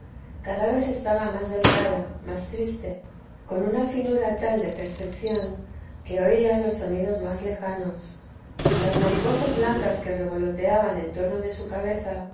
cada vez estaba más delgada más triste con una finura tal de percepción que oía los sonidos más lejanos las mariposas blancas que revoloteaban en torno de su cabeza